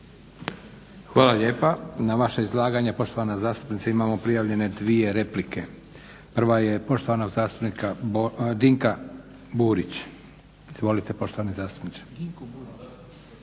Hvala lijepa. Na vaše izlaganje poštovana zastupnice imamo prijavljene dvije replike. Prva je poštovanog zastupnik Dinka Burić. Izvolite poštovani zastupniče.